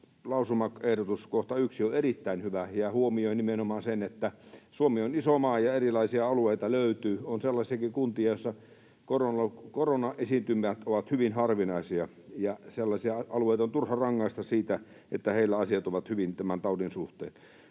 lausumaehdotus 1 on erittäin hyvä ja huomioi nimenomaan sen, että Suomi on iso maa ja erilaisia alueita löytyy. On sellaisiakin kuntia, joissa koronaesiintymät ovat hyvin harvinaisia, ja sellaisia alueita on turha rangaista siitä, että heillä asiat ovat hyvin tämän taudin suhteen.